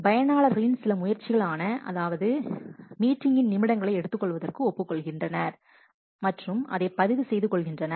பயனாளர்களின் சில முயற்சியில் ஆன அதாவது மீட்டிங்கின் நிமிடங்களை எடுத்துக் கொள்வதற்கு ஒப்புக் கொள்கின்றனர் மற்றும் அதைப் பதிவு செய்து கொள்கின்றனர்